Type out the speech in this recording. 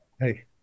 Hey